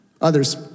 others